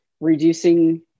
Reducing